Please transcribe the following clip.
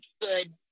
good